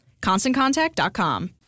ConstantContact.com